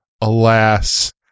alas